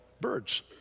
birds